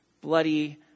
bloody